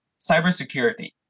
Cybersecurity